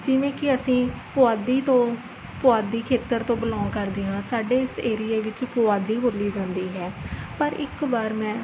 ਜਿਵੇਂ ਕਿ ਅਸੀਂ ਪੁਆਧੀ ਤੋਂ ਪੁਆਧੀ ਖੇਤਰ ਤੋਂ ਬਿਲੋਂਗ ਕਰਦੇ ਹਾਂ ਸਾਡੇ ਇਸ ਏਰੀਏ ਵਿੱਚ ਪੁਆਧੀ ਬੋਲੀ ਜਾਂਦੀ ਹੈ ਪਰ ਇੱਕ ਵਾਰ ਮੈਂ